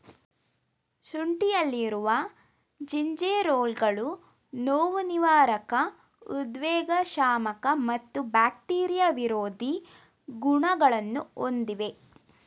ಶುಂಠಿಯಲ್ಲಿರುವ ಜಿಂಜೆರೋಲ್ಗಳು ನೋವುನಿವಾರಕ ಉದ್ವೇಗಶಾಮಕ ಮತ್ತು ಬ್ಯಾಕ್ಟೀರಿಯಾ ವಿರೋಧಿ ಗುಣಗಳನ್ನು ಹೊಂದಿವೆ